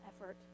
effort